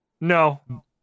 No